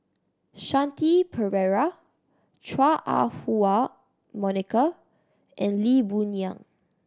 Shanti Pereira Chua Ah Huwa Monica and Lee Boon Yang